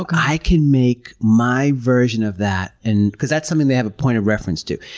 i can make my version of that, and because that's something they have a point of reference to.